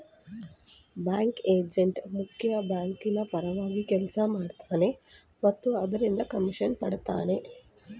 banking agent ಮುಖ್ಯ ಬ್ಯಾಂಕಿನ ಪರವಾಗಿ ಕೆಲಸ ಮಾಡ್ತನೆ ಮತ್ತು ಅದರಿಂದ ಕಮಿಷನ್ ಪಡಿತನೆ